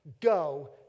go